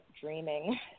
dreaming